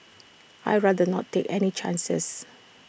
I'd rather not take any chances